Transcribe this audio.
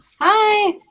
Hi